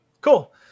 Cool